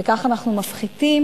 וכך אנחנו מפחיתים,